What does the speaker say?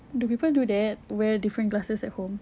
do people do that wear different glasses at home